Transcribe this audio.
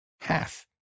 half